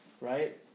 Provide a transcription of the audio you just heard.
Right